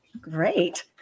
Great